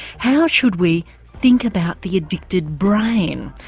how should we think about the addicted brain?